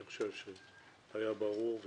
אני חושב שהיה ברור,